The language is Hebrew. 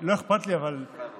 לא אכפת לי, אבל בלחש.